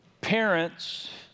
parents